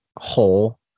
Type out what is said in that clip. whole